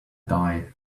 die